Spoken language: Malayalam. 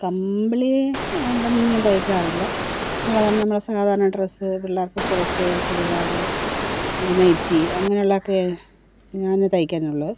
കമ്പിളി കൊണ്ടൊന്നും ഞാൻ തൈക്കാറില്ല അല്ലാതെ തന്നെ നമ്മള സാധാരണ ഡ്രസ്സ് പിള്ളേർക്ക് ഫ്രോക് ചുരിദാറ് നൈറ്റി അങ്ങനെ ഉള്ളതൊക്കെ ഞാന് തൈക്കുന്നുള്ളു